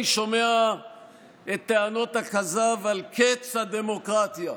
אני שומע את טענות הכזב על קץ הדמוקרטיה,